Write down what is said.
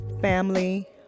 family